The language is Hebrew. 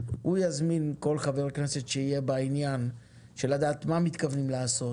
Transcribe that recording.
הוא יזמין כל חבר כנסת שיהיה בענין של לדעת מה מתכוונים לעשות,